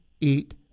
eat